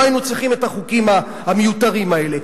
היינו צריכים את החוקים המיותרים האלה.